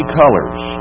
colors